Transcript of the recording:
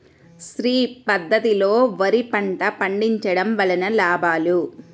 శ్రీ పద్ధతిలో వరి పంట పండించడం వలన లాభాలు?